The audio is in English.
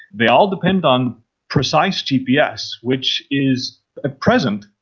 they all depend on precise gps which is, at present,